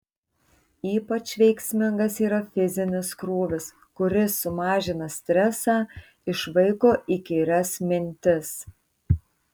ypač veiksmingas yra fizinis krūvis kuris sumažina stresą išvaiko įkyrias mintis